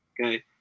Okay